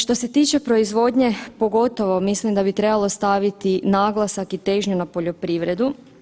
Što se tiče proizvodnje, pogotovo mislim da bi trebalo staviti naglasak i težnju na poljoprivredu.